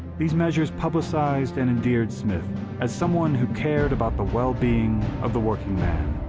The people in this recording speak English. these measures publicized and endeared smith as someone who cared about the wellbeing of the working man.